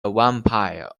vampire